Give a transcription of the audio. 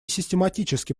систематически